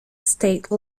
state